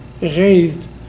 raised